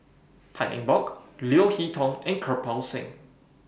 Tan Eng Bock Leo Hee Tong and Kirpal Singh